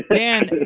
dan,